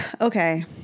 Okay